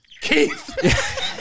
Keith